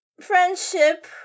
friendship